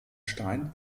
stein